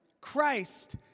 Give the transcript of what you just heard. Christ